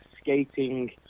skating